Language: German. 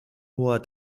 hoher